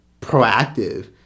proactive